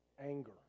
anger